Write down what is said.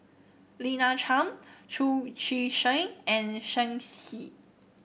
Lina Chiam Chu Chee Seng and Shen Xi